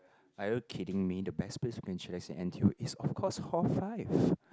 are you kidding me the best place you can chillax in N_T_U is of course hall five